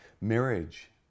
Marriage